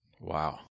Wow